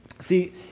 see